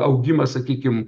augimas sakykim